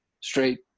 straight